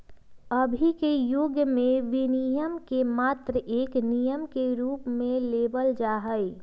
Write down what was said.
अभी के युग में विनियमन के मात्र एक नियम के रूप में लेवल जाहई